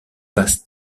passe